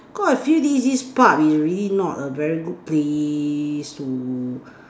cause I see this this pub is really not a very good place to